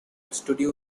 studio